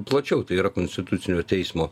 plačiau tai yra konstitucinio teismo